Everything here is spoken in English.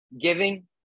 giving